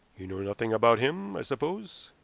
you know nothing about him, i suppose?